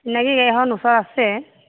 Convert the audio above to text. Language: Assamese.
চিনাকী গাড়ী এখন ওচৰৰ আছে